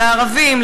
לערבים,